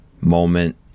moment